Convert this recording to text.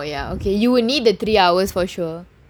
you will need three hours for sure